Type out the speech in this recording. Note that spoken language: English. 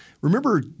remember